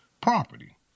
property